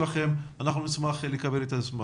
נשמח לקבל את המסמך.